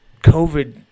COVID